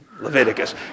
Leviticus